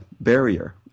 barrier